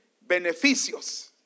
beneficios